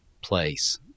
place